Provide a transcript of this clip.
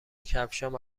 کفشهام